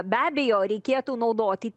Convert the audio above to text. be abejo reikėtų naudoti